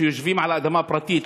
שיושבים על אדמה פרטית,